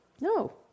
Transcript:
No